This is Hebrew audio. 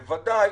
בוודאי,